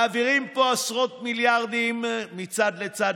מעבירים פה עשרות מיליארדים מצד לצד